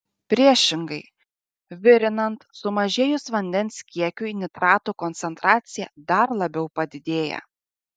priešingai virinant sumažėjus vandens kiekiui nitratų koncentracija dar labiau padidėja